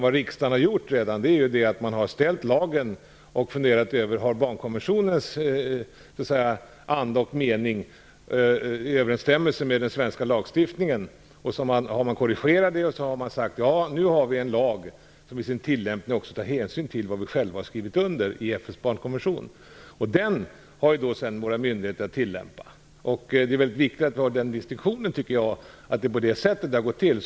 Vad riksdagen har gjort är att ställa upp lagen och fundera om barnkonventionens anda och mening står i överensstämmelse med den svenska lagstiftningen. Man har sedan gjort korrigeringar och sagt att vi nu har en lag som i sin tillämpning också tar hänsyn till vad vi själva har skrivit under i FN:s barnkonvention. Våra myndigheter har sedan att tilllämpa den. Det är mycket viktigt att göra distinktionen att det är på det sättet det har gått till.